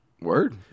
Word